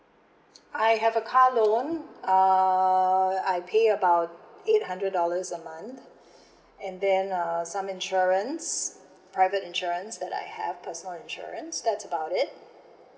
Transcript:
I have a car loan uh I pay about eight hundred dollars a month and then uh some insurance private insurance that I have personal insurance that's about it